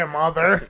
mother